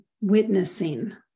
witnessing